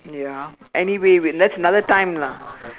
ya anyway wait that's another time lah